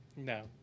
No